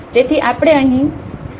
તેથી આપણે ત્યાં અડધા મળીશું